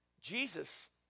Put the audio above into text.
Jesus